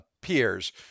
peers